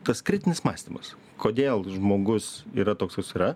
tas kritinis mąstymas kodėl žmogus yra toks koks yra